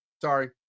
Sorry